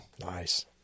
Nice